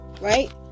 Right